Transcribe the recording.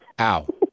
ow